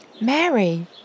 Mary